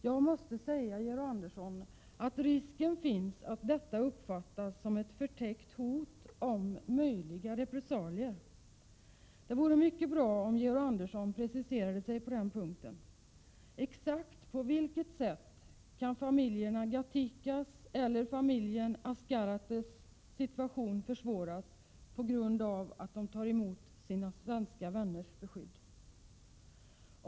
Jag måste, Georg Andersson, säga att risken finns att. detta uppfattas som ett förtäckt hot.om möjliga repressalier. Det vore mycket bra om Georg Andersson preciserade sig på den punkten. Exakt på vilket sätt kan situationen för familjerna Gatica och Ascaretes försvåras på grund av att de tar emot sina svenska vänners beskydd?